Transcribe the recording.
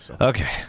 Okay